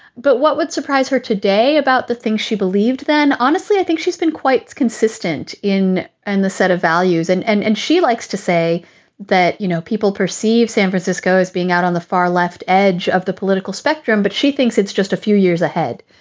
but what would surprise her today about the things she believed then? honestly, i think she's been quite consistent in and the set of values. and and and she likes to say that, you know, people perceive san francisco as being out on the far left edge of the political spectrum, but she thinks it's just a few years ahead.